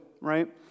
right